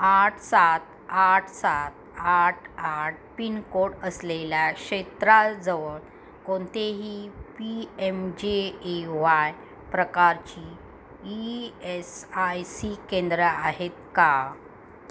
आठ सात आठ सात आठ आठ पिनकोड असलेल्या क्षेत्राजवळ कोणतेही P M J A Y प्रकारची ई एस आय सी केंद्रं आहेत का